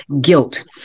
guilt